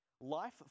Life